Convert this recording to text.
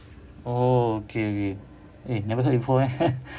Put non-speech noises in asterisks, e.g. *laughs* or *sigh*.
oh okay okay eh never heard before eh *laughs*